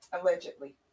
Allegedly